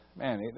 Man